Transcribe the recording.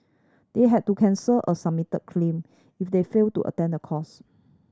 they had to cancel a submitted claim if they failed to attend the course